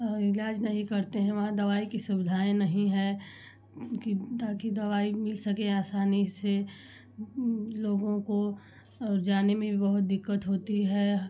और ईलाज नहीं करते हैं वहाँ दबा की सुविधाएँ नहीं हैं उनकी ताकि दबाई मिल सके आसानी से लोगों को और जाने में भी बहुत दिक्कत होती है